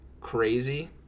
crazy